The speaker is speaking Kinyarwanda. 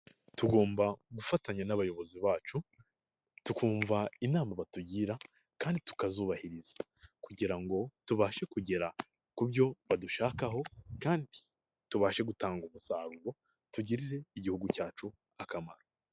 Tugomba gufatanya n'abayobozi bacu, tukumva inama batugira kandi tukazubahiriza. Kugira ngo tubashe kugera ku byo badushakaho kandi tubashe gutanga umusaruro, tugirire igihugu cyacu akamaro.